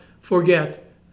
forget